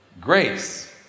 Grace